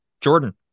Jordan